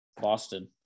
boston